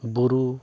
ᱵᱩᱨᱩ